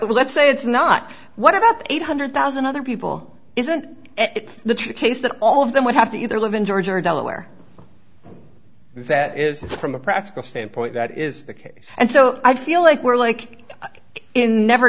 let's say it's not what about eight hundred thousand other people isn't it the case that all of them would have to either live in georgia or delaware that is from a practical standpoint that is the case and so i feel like we're like in never